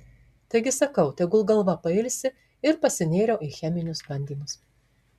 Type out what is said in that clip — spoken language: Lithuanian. taigi sakau tegul galva pailsi ir pasinėriau į cheminius bandymus